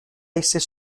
essere